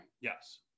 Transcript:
Yes